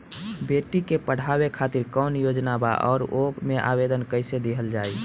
बेटी के पढ़ावें खातिर कौन योजना बा और ओ मे आवेदन कैसे दिहल जायी?